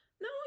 No